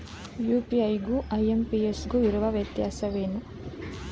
UPI ಗು IMPS ಗು ಇರುವ ವ್ಯತ್ಯಾಸವೇನು?